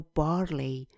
barley